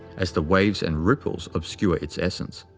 as the waves and ripples obscure its essence.